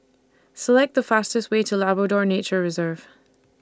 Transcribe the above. Select The fastest Way to Labrador Nature Reserve